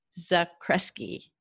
Zakreski